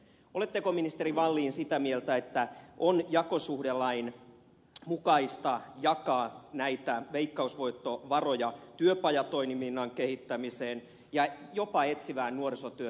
oletteko ministeri wallin sitä mieltä että on jakosuhdelain mukaista jakaa näitä veikkausvoittovaroja työpajatoiminnan kehittämiseen ja jopa etsivään nuorisotyöhön